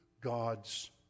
God's